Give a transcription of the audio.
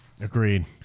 Agreed